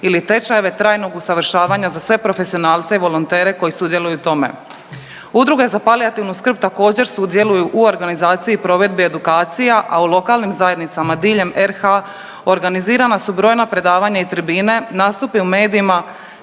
ili tečajeve trajnog usavršavanja za sve profesionalce i volontere koji sudjeluju u tome. Udruga za palijativnu skrb također, sudjeluju u organizaciji i provedbi edukacija, a u lokalnim zajednicama diljem RH organizirana su brojna predavanja i tribine, nastupi u medijima